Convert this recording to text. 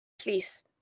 Please